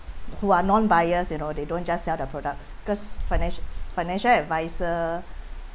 who are non biased you know they don't just sell their products because financial financial adviser